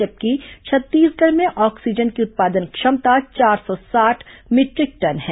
जबकि छत्तीसगढ़ में ऑक्सीजन की उत्पादन क्षमता चार सौ साठ मीटरिक टन है